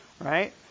right